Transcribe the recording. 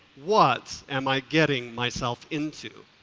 what am i getting myself into.